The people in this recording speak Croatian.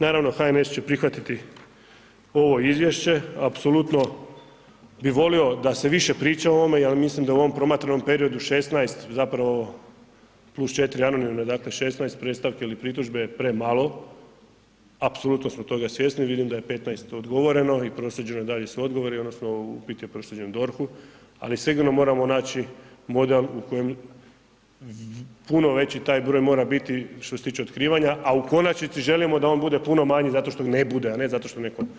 Naravno, HNS će prihvatiti ovo izvješće, apsolutno bi volio da se više priča o ovome jer mislim da u ovom promatranom periodu 16 zapravo plus 4 anonimne, dakle 16 predstavki ili pritužbe je premalo, apsolutno smo toga svjesni, vidim da je 15 odgovoreno i proslijeđeno dalje sa odgovorima odnosno upit je proslijeđen DORH-u ali sigurno moramo naći model u kojem puno veći taj broj mora biti što se tiče otkrivanja a u konačnici želimo da on bude puno manji zato što ne bude a ne zato što netko prijavljuje.